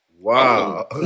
Wow